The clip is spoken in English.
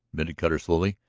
admitted cutter slowly.